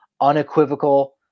unequivocal